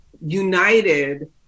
united